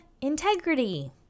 integrity